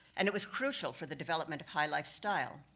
and it was crucial for the development of high life style.